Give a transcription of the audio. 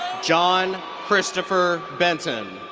john christopher benton.